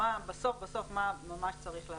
בסוף בסוף מה ממש צריך לעשות.